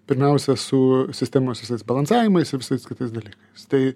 pirmiausia su sistemos visais balansavimais ir visais kitais dalykais tai